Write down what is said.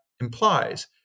implies